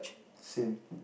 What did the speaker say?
same